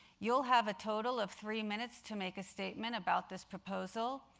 you'll have a total of three minutes to make a statement about this proposal.